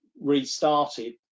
restarted